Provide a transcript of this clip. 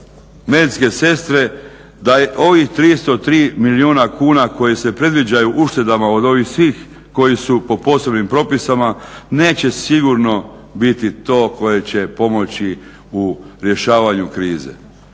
medicinske sestre da je ovih 303 milijuna kuna koje se predviđaju uštedama od ovih svih koji su po posebnim propisima neće sigurno biti to koje će pomoći u rješavanju krize.